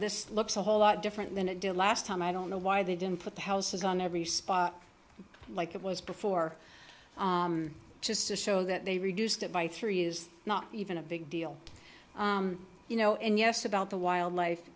this looks a whole lot different than it did last time i don't know why they didn't put the houses on every spot like it was before just to show that they reduced it by three is not even a big deal you know and yes about the wildlife